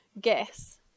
Guess